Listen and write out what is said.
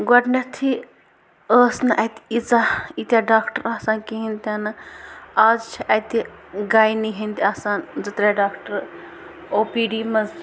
گۄڈٕنٮ۪تھٕے ٲس نہٕ اَتہِ ییٖژاہ ییٖتاہ ڈاکٹر آسان کِہیٖںۍ تہِ نہٕ آز چھِ اَتہِ گاینی ہِنٛدۍ آسان زٕ ترٛےٚ ڈاکٹر او پی ڈی منٛز